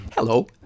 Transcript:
Hello